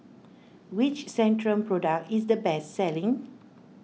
which Centrum Product is the best selling